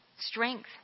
Strength